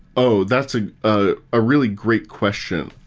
oh! that's a ah ah really great question.